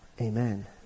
Amen